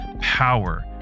power